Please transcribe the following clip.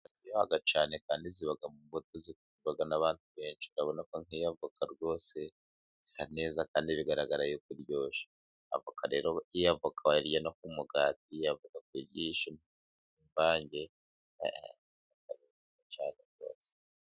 Avoka iraryoha cyane kandi iba mu mbuto zikundwa n'abantu benshi. Urabona ko nk'iyo avoka rwose isa neza kandi bigaragara yuko iryoshye. Avoka rero, iyo avoka wayirya no ku mugati, avoka kuyirisha imvange biba byiza cyane.